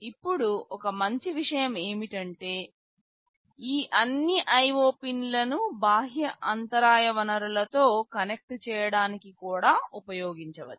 ఇప్పుడు ఒక మంచి విషయం ఏమిటంటే ఈ అన్ని IO పిన్లను బాహ్య అంతరాయ వనరులతో కనెక్ట్ చేయడానికి కూడా ఉపయోగించవచ్చు